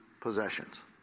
possessions